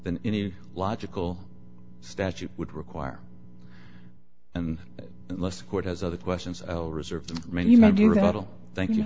than any logical statute would require and unless court has other questions i'll reserve men you